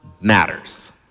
matters